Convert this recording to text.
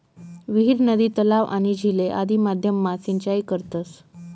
विहीर, नदी, तलाव, आणि झीले आदि माध्यम मा सिंचाई करतस